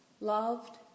loved